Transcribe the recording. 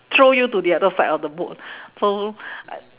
throw you to the other side of the boat so